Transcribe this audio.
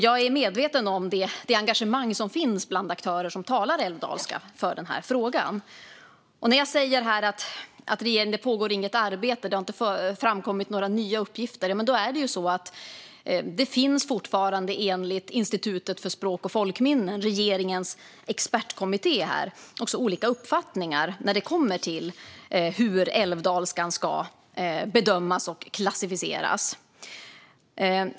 Jag är medveten om det engagemang som finns för frågan bland aktörer som talar älvdalska. Som jag sa pågår det inte något arbete, och det har inte framkommit några nya uppgifter. Enligt Institutet för språk och folkminnen, som är regeringens expertkommitté, finns det fortfarande olika uppfattningar när det kommer till hur älvdalskan ska bedömas och klassificeras.